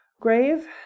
grave